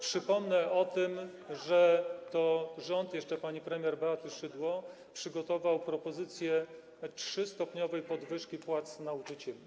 Przypomnę o tym, że to rząd jeszcze pani premier Beaty Szydło, przygotował propozycję trzystopniowej podwyżki płac nauczycieli.